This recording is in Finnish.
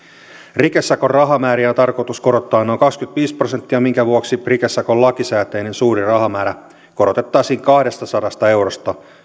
rikesakon rahamääriä on tarkoitus korottaa noin kaksikymmentäviisi prosenttia minkä vuoksi rikesakon lakisääteinen suurin rahamäärä korotettaisiin kahdestasadasta eurosta